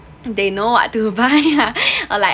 they know what to buy lah or like